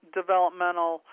developmental